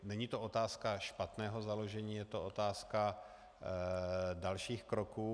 Není to otázka špatného založení, je to otázka dalších kroků.